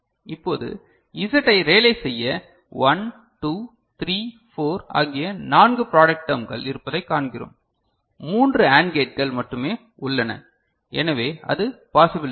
இப்போது Z ஐ realise செய்ய 1 2 3 4 ஆகிய நான்கு ப்ராடெக்ட் டெர்ம்கள் இருப்பதைக் காண்கிறோம் மூன்று AND கேட்கள் மட்டுமே உள்ளன எனவே அது பாசிபல் இல்லை